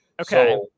Okay